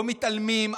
לא מתעלמים.